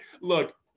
Look